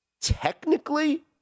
technically